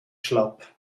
schlapp